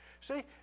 See